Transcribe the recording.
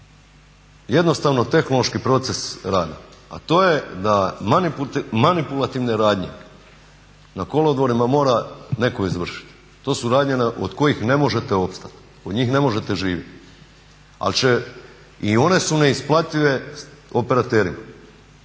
jednostavno tehnološki proces rada. A to je da manipulativne radnje na kolodvorima mora netko izvršiti. To su radnje od kojih ne možete opstati, od njih ne možete živjeti, ali i one su neisplative operaterima.